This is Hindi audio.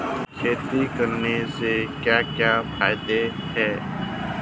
खेती करने से क्या क्या फायदे हैं?